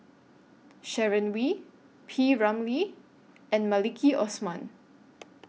Sharon Wee P Ramlee and Maliki Osman